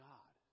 God